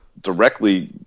directly